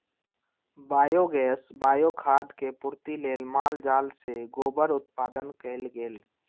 biogas, bio खाद के पूर्ति लेल माल जाल से गोबर उत्पादन कएल गेल